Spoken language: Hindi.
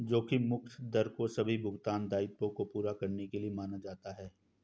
जोखिम मुक्त दर को सभी भुगतान दायित्वों को पूरा करने के लिए माना जाता है